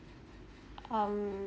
um